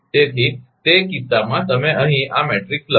તેથી તે કિસ્સામાં તમે અહીં આ મેટ્રિક્સ લખો